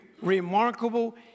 remarkable